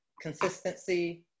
consistency